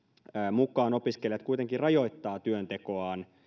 mukaan opiskelijat kuitenkin rajoittavat työntekoaan